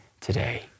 today